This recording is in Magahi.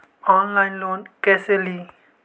ऑनलाइन लोन कैसे ली?